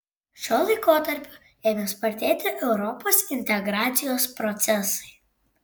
šiuo laikotarpiu ėmė spartėti europos integracijos procesai